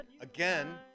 again